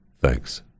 thanks